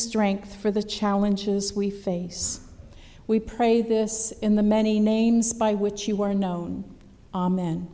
strength for the challenges we face we pray this in the many names by which you were known amen